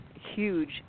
huge